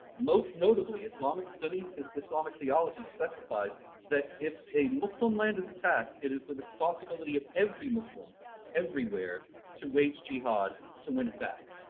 most notably islamic sunni islamic theology specifies that if a muslim land is attacked, it is the responsibility of every muslim everywhere to wage jihad to win it back